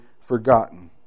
forgotten